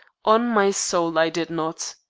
on my soul, i did not.